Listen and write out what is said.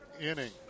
inning